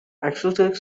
acoustic